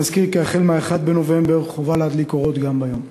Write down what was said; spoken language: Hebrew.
אני מזכיר כי מ-1 בנובמבר חובה להדליק אורות גם ביום.